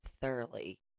thoroughly